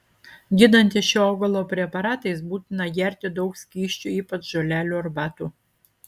gydantis šio augalo preparatais būtina gerti daug skysčių ypač žolelių arbatų